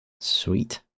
sweet